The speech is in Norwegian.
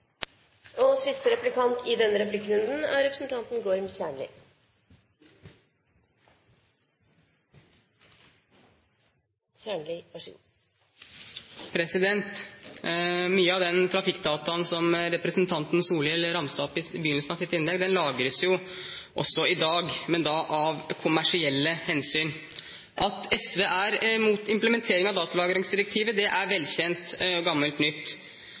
i dag kan sjå problema ved. Mye av den trafikkdataen som representanten Solhjell ramset opp i begynnelsen av sitt innlegg, lagres jo også i dag, men da av kommersielle hensyn. At SV er imot implementering av datalagringsdirektivet, er velkjent, gammelt nytt,